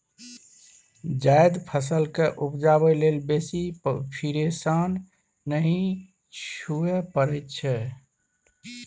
जायद फसल केँ उपजाबै लेल बेसी फिरेशान नहि हुअए परै छै